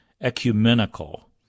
ecumenical